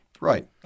Right